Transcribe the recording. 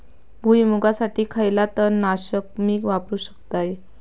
भुईमुगासाठी खयला तण नाशक मी वापरू शकतय?